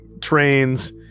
trains